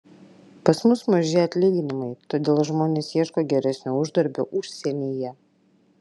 pas mus maži atlyginimai todėl žmonės ieško geresnio uždarbio užsienyje